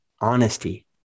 honesty